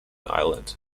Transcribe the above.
island